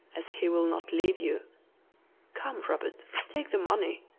as he will not leave you come, robert, take the money